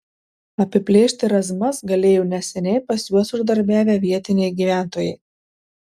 apiplėšti razmas galėjo neseniai pas juos uždarbiavę vietiniai gyventojai